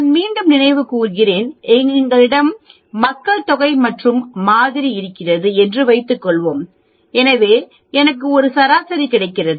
நான் மீண்டும் நினைவு படுத்துகிறேன் என்னிடம் மக்கள் தொகை மற்றும் மாதிரி இருக்கிறது என்று வைத்துக்கொள்வோம் எனவே எனக்கு ஒரு சராசரி கிடைக்கிறது